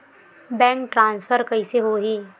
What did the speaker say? Bank transfer कइसे होही?